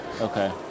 Okay